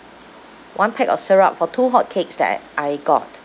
one pack of syrup for two hotcakes that I I got